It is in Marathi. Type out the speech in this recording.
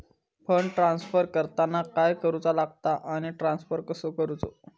फंड ट्रान्स्फर करताना काय करुचा लगता आनी ट्रान्स्फर कसो करूचो?